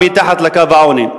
מתחת לקו העוני,